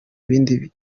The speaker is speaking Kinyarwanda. bindi